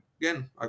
again